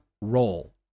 role